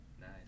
Nice